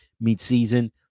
mid-season